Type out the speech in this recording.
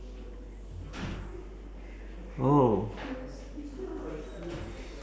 oh